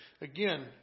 Again